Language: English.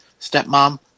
stepmom